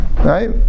right